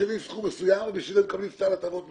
משלמים סכום מסוים ובשביל זה מקבלים סל הטבות מסוים,